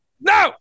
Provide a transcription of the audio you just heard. No